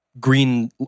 green